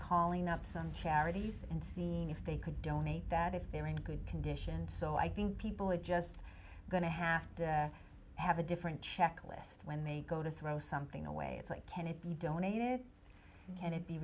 calling up some charities and seeing if they could donate that if they're in good condition so i think people are just going to have to have a different checklist when they go to throw something away it's like ten it be donated